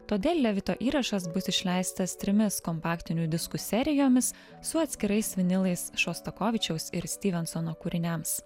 todėl levito įrašas bus išleistas trimis kompaktinių diskų serijomis su atskirais vinilais šostakovičiaus ir styvensono kūriniams